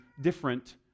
different